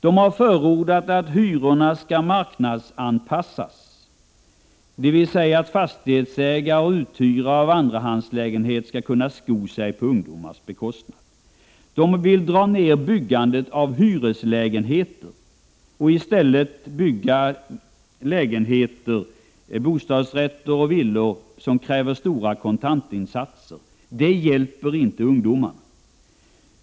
De har vidare förordat att hyrorna skall marknadsanpassas, dvs. fastighetsägare och uthyrare av andrahandslägenheter skall kunna sko sig på ungdomars bekostnad. De vill dra ned på byggandet av hyreslägenheter och i stället bygga bostadsrätter och villor som kräver stora kontantinsatser. Det hjälper inte ungdomarna.